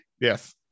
yes